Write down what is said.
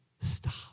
stop